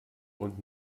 und